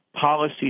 policy